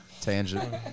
Tangent